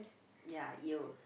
ya you